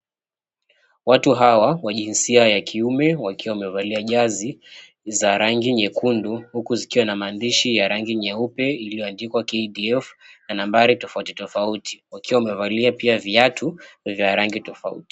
Watu hawa wa jinsia ya kiume wakiwa wamevalia jezi za rangi nyekundu huku zikiwa na maandishi ya rangi nyeupe iliyoandikwa KDF na nambari tofauti tofauti wakiwa wamevalia pia viatu vya rangi tofauti.